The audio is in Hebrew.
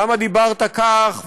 למה דיברת כך,